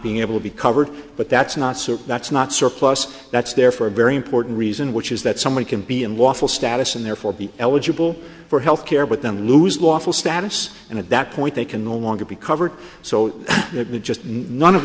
being able to be covered but that's not so that's not surplus that's there for a very important reason which is that someone can be unlawful status and therefore be eligible for health care but then lose lawful status and at that point they can no longer be covered so let me just none of